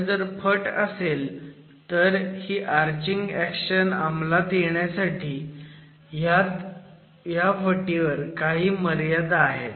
पण जर फट असेल तर ही आर्चिंग ऍक्शन अमलात येण्यासाठी ह्या फटीवर काही मर्यादा आहेत